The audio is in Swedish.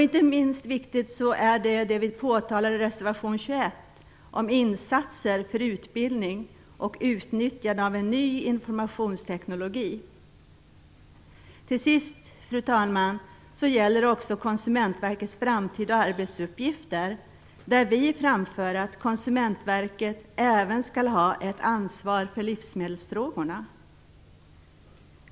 Inte minst viktigt är det vi påtalar i reservation 21 Till sist, fru talman, gäller det också Konsumentverkets framtida arbetsuppgifter. Vi framför att Konsumentverket även skall ha ansvar för livsmedelsfrågorna.